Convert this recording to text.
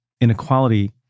inequality